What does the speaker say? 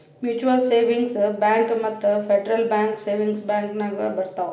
mutual savings bank ಮತ್ತ federal bank savings bank ನಾಗ್ ಬರ್ತಾವ್